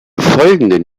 folgenden